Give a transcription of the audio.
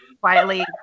quietly